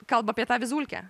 kalba apie tą vizulkę